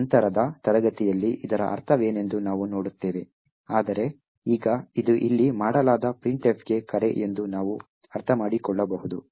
ನಂತರದ ತರಗತಿಯಲ್ಲಿ ಇದರ ಅರ್ಥವೇನೆಂದು ನಾವು ನೋಡುತ್ತೇವೆ ಆದರೆ ಈಗ ಇದು ಇಲ್ಲಿ ಮಾಡಲಾದ printf ಗೆ ಕರೆ ಎಂದು ನಾವು ಅರ್ಥಮಾಡಿಕೊಳ್ಳಬಹುದು